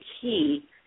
key